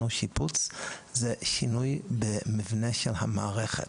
או שיפוץ זה שינוי במבנה של המערכת.